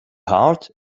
heart